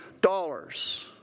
dollars